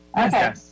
Okay